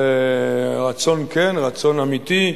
רצון כן, רצון אמיתי,